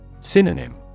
Synonym